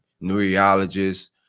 neurologist